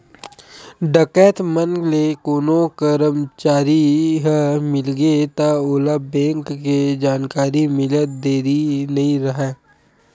डकैत मन ले कोनो करमचारी ह मिलगे त ओला बेंक के जानकारी मिलत देरी नइ राहय